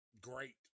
great